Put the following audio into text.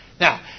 Now